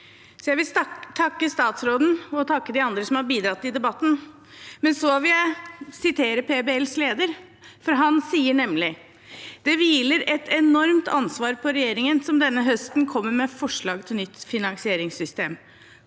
Jeg vil takke statsråden og de andre som har bidratt i debatten. Så vil jeg sitere PBLs leder, for han sier nemlig: «Det hviler et enormt ansvar på regjeringen som denne høsten kommer med forslag til nytt finansieringssystem.